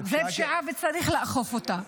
זו פשיעה, וצריך לאכוף אותה.